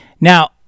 now